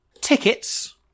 Tickets